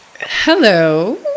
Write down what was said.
Hello